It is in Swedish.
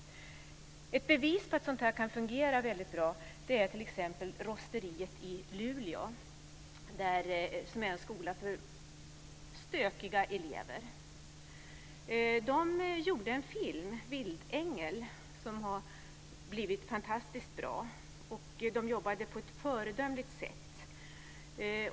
Ett bevis på att sådant här kan fungera väldigt bra är t.ex. Rosteriet i Luleå som är en skola för "stökiga" elever.